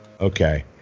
Okay